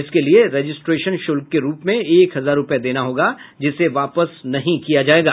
इसके लिये रजिस्ट्रेशन शुल्क के रूप में एक हजार रूपये देना होगा जिसे वापस नहीं किया जायेगा